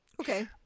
Okay